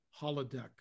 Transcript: holodeck